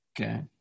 Okay